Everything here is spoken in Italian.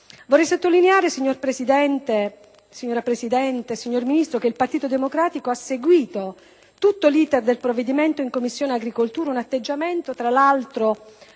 Vorrei sottolineare, signora Presidente, signor Ministro, che il Partito Democratico ha seguito tutto l'*iter* del provvedimento in Commissione agricoltura, con un atteggiamento, tra l'altro,